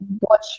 watch